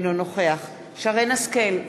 אינו נוכח שרן השכל,